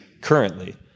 currently